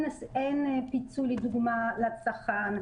לדוגמה, אין פיצוי לצרכן,